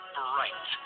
bright